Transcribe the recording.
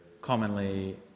commonly